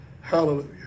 Hallelujah